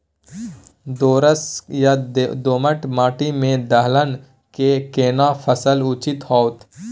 दोरस या दोमट माटी में दलहन के केना फसल उचित होतै?